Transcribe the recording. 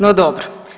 No dobro.